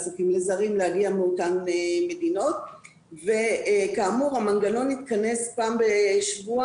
להגיע מאותן מדינות וכאמור המנגנון מתכנס פעם בשבוע